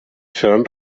seran